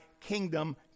kingdom